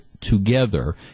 together